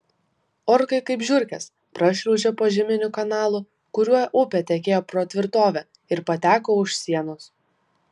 orkai kaip žiurkės prašliaužė požeminiu kanalu kuriuo upė tekėjo pro tvirtovę ir pateko už sienos